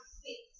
six